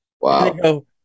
Wow